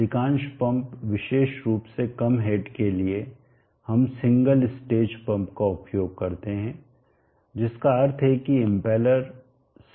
अधिकांश पंप विशेष रूप से कम हेड के लिए हम सिंगलsingle एक स्टेज पंप का उपयोग करते हैं जिसका अर्थ है कि इम्पेलर सिंगलsingle एक इम्पेलर है